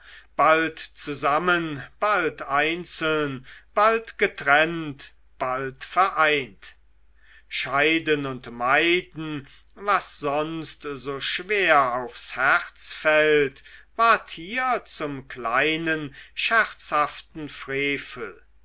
bald zusammen bald einzeln bald getrennt bald vereint scheiden und meiden was sonst so schwer aufs herz fällt ward hier zum kleinen scherzhaften frevel